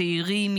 צעירים,